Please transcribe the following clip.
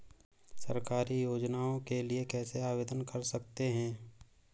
सरकारी योजनाओं के लिए कैसे आवेदन कर सकते हैं?